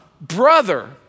brother